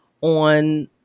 on